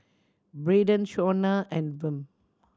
Braydon Shawnna and Wm